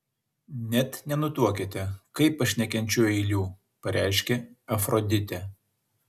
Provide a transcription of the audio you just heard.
net nenutuokiate kaip aš nekenčiu eilių pareiškė afroditė